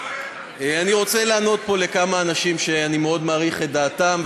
אני רוצה לענות פה לכמה אנשים שאני מאוד מעריך את דעתם,